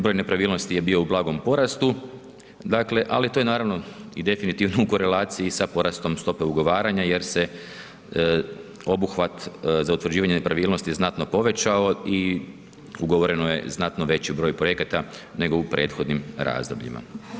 Broj nepravilnosti je bio u blagom porastu, dakle, ali to je naravno definitivno u korelaciji sa porastom stope ugovaranja jer se obuhvat za utvrđivanje nepravilnosti znatno povećano i ugovoreno je znatno veći broj projekata nego u prethodnim razdobljima.